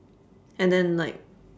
and then like